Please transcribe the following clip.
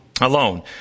alone